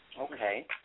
Okay